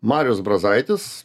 marius brazaitis